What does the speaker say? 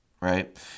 right